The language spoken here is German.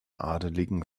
adeligen